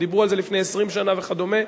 ודיברו על זה לפני 20 שנה וכדומה.